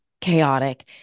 chaotic